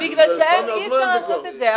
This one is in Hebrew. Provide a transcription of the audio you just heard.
בגלל שאי-אפשר לעשות את זה.